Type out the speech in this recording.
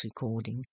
recording